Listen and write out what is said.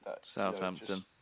Southampton